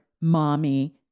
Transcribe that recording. mommy